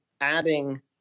adding